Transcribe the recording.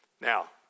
Now